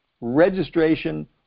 registration